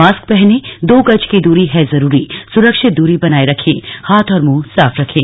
mask पहने दो गज की दूरी है जरूरी सुरक्षित दूरी बनाए रखें हाथ और मुंह साफ रखें